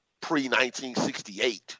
pre-1968